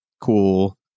cool